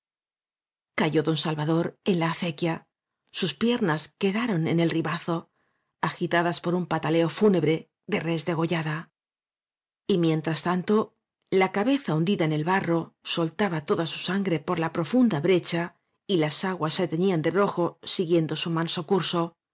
cayó don salvador en la acequia sus piernas quedaron en el ribazo agitadas por un pataleo fúnebre de res degollada y mien tras tanto la cabeza hundida en el barro soltaba tocia su sangre por la profunda brecha y las aguas se teñían de rojo siguiendo su manso curso